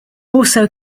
also